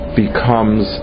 becomes